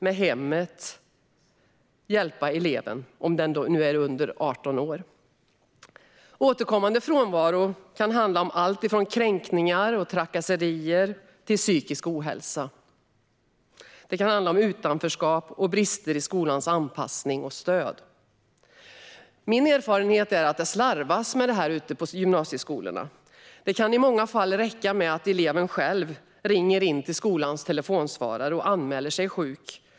Det kan också handla om brister i skolans anpassning och stöd. Här har lärare och skolledning ett stort ansvar att dagligen följa upp ogiltig frånvaro och hjälpa eleven, i samarbete med hemmet om eleven är under 18 år. Min erfarenhet är att det slarvas med detta på gymnasieskolorna. Det kan i många fall räcka att eleven själv ringer till skolans telefonsvarare och anmäler sig sjuk.